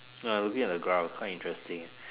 uh I'm looking at the graph quite interesting eh